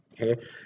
Okay